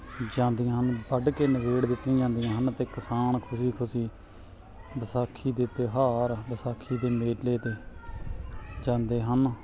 ਜਾਂਦੀਆਂ ਹਨ ਵੱਢ ਕੇ ਨਬੇੜ ਦਿੱਤੀਆਂ ਜਾਂਦੀਆਂ ਹਨ ਤੇ ਕਿਸਾਨ ਖੁਸ਼ੀ ਖੁਸ਼ੀ ਵਿਸਾਖੀ ਦੇ ਤਿਉਹਾਰ ਵਿਸਾਖੀ ਦੇ ਮੇਲੇ ਤੇ ਜਾਂਦੇ ਹਨ